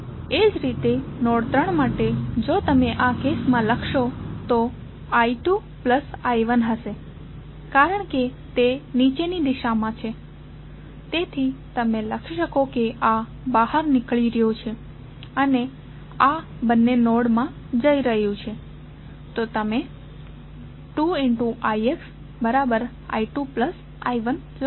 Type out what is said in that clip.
એ જ રીતે નોડ 3 માટે જો તમે આ કેસ માં લખશો તો I2I1 હશે કારણ કે તે નીચેની દિશામાં છે તેથી તમે લખી શકો કે આ બહાર નીકળી રહ્યું છે આ બંને નોડમાં જઈ રહ્યા છે તો તમે 2ixI2I1 લખી શકો